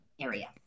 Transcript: area